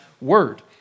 word